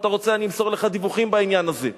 אם אתה רוצה, אני אמסור לך דיווחים בעניין הזה.